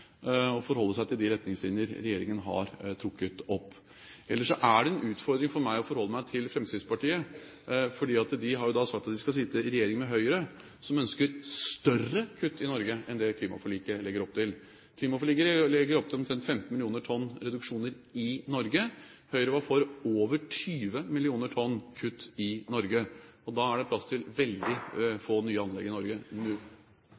og forholde seg til de retningslinjer regjeringen har trukket opp. Ellers er det en utfordring for meg å forholde meg til Fremskrittspartiet, fordi de har sagt at de skal sitte i regjering med Høyre, som ønsker større kutt i Norge enn det klimaforliket legger opp til. Klimaforliket legger opp til omtrent 15 mill. tonn reduksjon i Norge. Høyre var for å kutte over 20 mill. tonn i Norge. Da er det plass til veldig